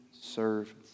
serve